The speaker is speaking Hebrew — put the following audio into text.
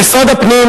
במשרד הפנים,